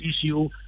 issue